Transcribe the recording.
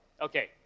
Okay